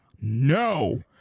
no